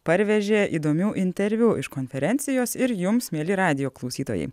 parvežė įdomių interviu iš konferencijos ir jums mieli radijo klausytojai